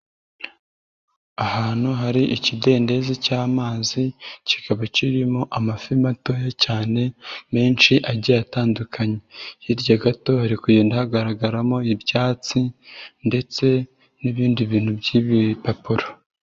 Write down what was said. Ahantu hari ikidendezi cy'amazi kikaba kirimo amafi matoya cyane menshi agiye atandukanye, hirya gato hari kugenda hagaragaramo ibyatsi ndetse n'ibindi bintu by'ibipapuro.